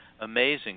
Amazing